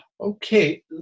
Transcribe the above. Okay